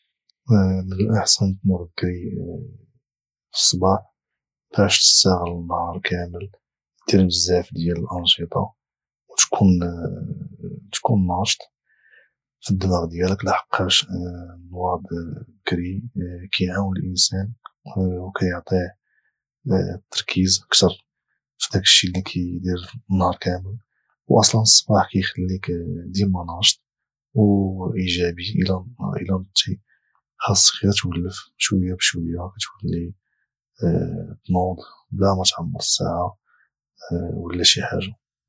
من الأحسن تنوض بكري في الصباح باش تستغل النهار كامل دير بزاف ديال الأنشطة وتكون ناشط في الدماغ ديالك لحقاش النواض بكري كيعاون الإنسان وكيعطيه التركيز كتر فداكشي اللي كيدير النهار كامل واصلا الصباح كيخليك ديما ناشط او ايجابي الى نضتي خاصك غير تولف شوية بشوية كتولي تنوض بلا متعمر الساعة ولى شي حاجة